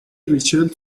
ریچل